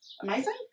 Amazing